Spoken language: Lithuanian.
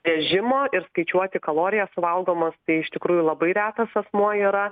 režimo ir skaičiuoti kalorijas suvalgomas tai iš tikrųjų labai retas asmuo yra